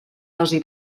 dosi